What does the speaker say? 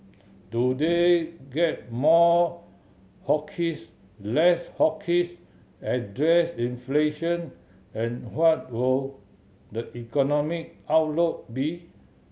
do they get more hawkish less hawkish address inflation and what will the economic outlook be